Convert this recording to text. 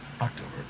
October